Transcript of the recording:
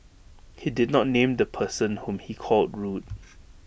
he did not name the person whom he called rude